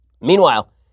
Meanwhile